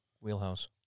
wheelhouse